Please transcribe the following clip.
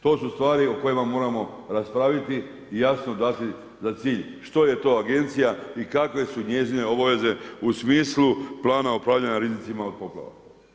To su stvari o kojima moramo raspraviti i jasno dati za cilj, što je to agencija i kakve su njezine obaveze u smislu plana upravljanja rizicima od poplava.